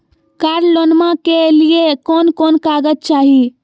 कार लोनमा के लिय कौन कौन कागज चाही?